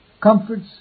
comforts